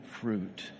fruit